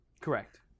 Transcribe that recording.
Correct